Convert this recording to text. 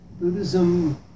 Buddhism